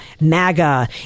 MAGA